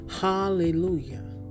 Hallelujah